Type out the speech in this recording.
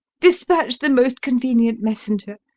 dispatch the most convenient messenger.